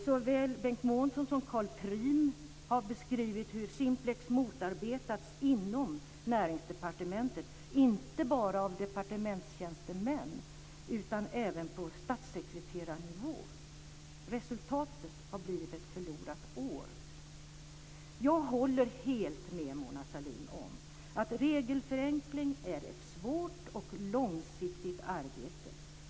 Såväl Bengt Månsson som Charl Priem har beskrivit hur Simplex motarbetats inom Näringsdepartementet, inte bara av departementstjänstemän utan även på statssekreterarnivå. Resultatet har blivit ett förlorat år. Jag håller helt med Mona Sahlin om att regelförenkling är ett svårt och långsiktigt arbete.